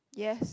yes